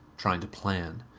trying to plan.